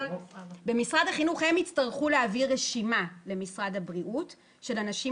במשרד החינוך יצטרכו להעביר רשימה למשרד הבריאות של אנשים